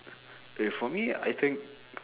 K for me I think